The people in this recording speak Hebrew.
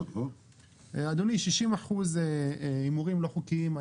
אדוני, 60% הימורים לא חוקיים?